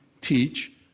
teach